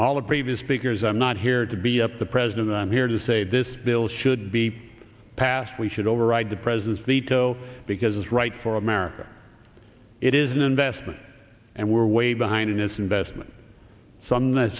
all the previous speakers i'm not here to be up the president i'm here to say this bill should be passed we should override the president's veto because it's right for america it is an investment and we're way behind in this investment some that